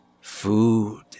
food